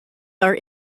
are